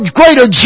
greater